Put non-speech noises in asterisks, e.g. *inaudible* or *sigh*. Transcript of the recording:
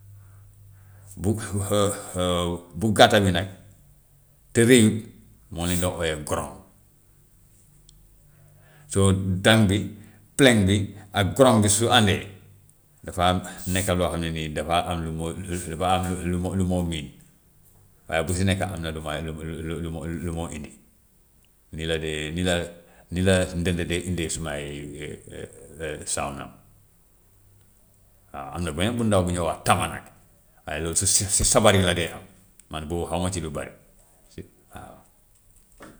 Bu *hesitation* bu gàtta bi nag te rëy moom lañu doon ooyee goroŋ. So daŋ bi, pleŋ bi ak goroŋ bi su àndee dafa nekk loo xam ne nii dafaa am lu mu dafa am lu lu mu *unintelligible* waaye bu si nekk am na lu may lu lu lu lu moo indi. Ni la dee ni la nii la ndënd di indee sumay *hesitation* sound am. Waaw am na beneen bu ndaw bu ñuy wax tama nag, waaye loolu si si si sabar yi la dee am, man boobu xamuma ci lu bari, si waaw.